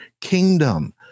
kingdom